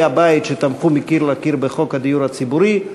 הבית שתמכו מקיר לקיר בחוק הדיור הציבורי,